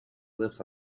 glyphs